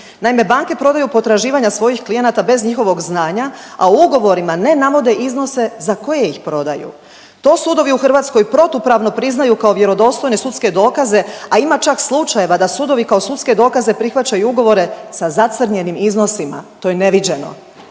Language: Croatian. Naime, banke prodaju potraživanja svojih klijenata bez njihovog znanja, a u ugovorima ne navode iznose za koje ih prodaju. To sudovi u Hrvatskoj protupravno priznaju kao vjerodostojne sudske dokaze, a ima čak slučajeva da sudovi kao sudske dokaze prihvaćaju ugovore sa zacrnjenim iznosima, to je neviđeno